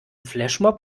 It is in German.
flashmob